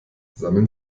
sammeln